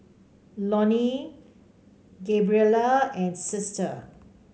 Loney Gabriella and Sister